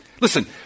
Listen